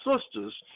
sisters